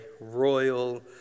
royal